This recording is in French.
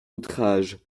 outrages